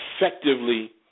effectively